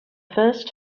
first